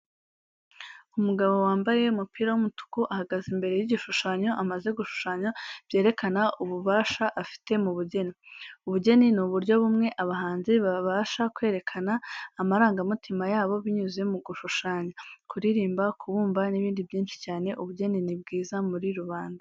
Umugabo wambaye umupira w'umutuku ahagaze imbere y'igishushanyo amaze gushushanya byerekana ububasha afite mu bugeni. Ubugeni ni uburyo bumwe abahanzi babasha kwerekana amarangamutima yabo binyuze mu gushushanya, kuririmba, kubumba n'ibindi byinshi cyane. Ubugeni ni bwiza muri rubanda.